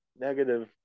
negative